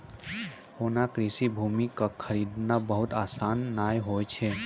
होना कृषि भूमि कॅ खरीदना बहुत आसान नाय होय छै